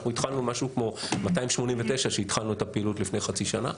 היו 289 כשהתחלנו את הפעילות לפני חצי שנה.